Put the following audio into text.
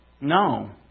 No